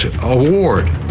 award